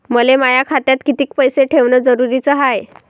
मले माया खात्यात कितीक पैसे ठेवण जरुरीच हाय?